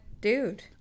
Dude